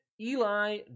Eli